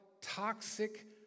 toxic